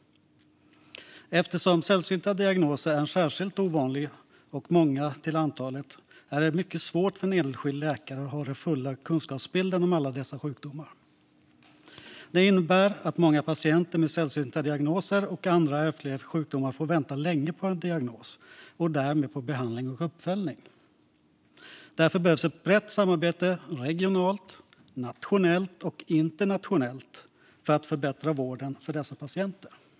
Eftersom sällsynta diagnoser är enskilt ovanliga och många till antalet är det mycket svårt för en enskild läkare att ha den fulla kunskapsbilden om alla dessa sjukdomar. Detta innebär att många patienter med sällsynta diagnoser och andra ärftliga sjukdomar får vänta länge på en diagnos och därmed på behandling och uppföljning. Därför behövs ett brett samarbete regionalt, nationellt och internationellt för att förbättra vården för dessa patienter.